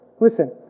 Listen